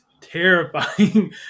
terrifying